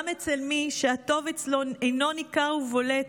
גם אצל מי שהטוב אצלו ניכר ובולט